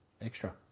extra